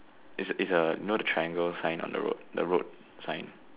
is is a you know the triangle sign on the road the road sign